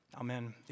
Amen